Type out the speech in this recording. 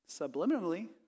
subliminally